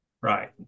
Right